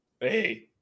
Hey